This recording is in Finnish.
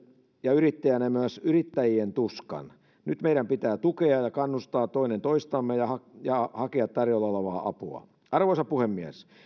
ja yrittäjänä myös yrittäjien tuskan nyt meidän pitää tukea ja kannustaa toinen toistamme ja ja hakea tarjolla olevaa apua arvoisa puhemies